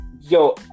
Yo